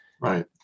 Right